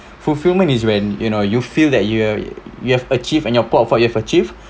fulfilment is when you know you feel that you have you have achieved and you're part of what you have achieved